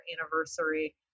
anniversary